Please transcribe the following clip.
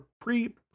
pre